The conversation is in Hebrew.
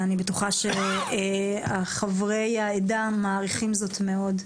אני בטוחה שחברי העדה מעריכים זאת מאוד.